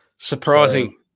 Surprising